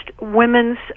women's